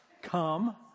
come